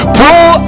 pull